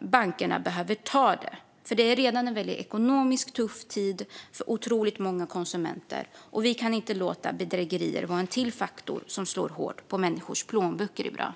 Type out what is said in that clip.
Bankerna behöver ta det. Det är redan en väldigt tuff tid ekonomiskt för otroligt många konsumenter, och vi kan inte låta bedrägerier vara ytterligare en faktor som slår hårt mot människors plånböcker.